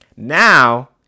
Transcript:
Now